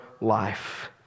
life